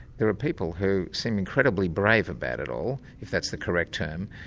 there are people who seem incredibly brave about it all, if that's the correct term.